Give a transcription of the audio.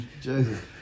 Jesus